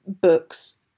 books